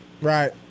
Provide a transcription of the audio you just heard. right